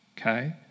okay